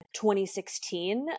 2016